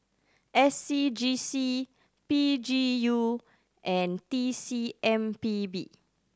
S C G C P G U and T C M P B